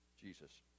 Jesus